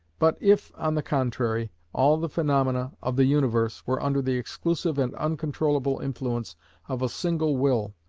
but if, on the contrary, all the phaenomena of the universe were under the exclusive and uncontrollable influence of a single will,